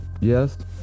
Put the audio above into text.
yes